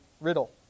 riddle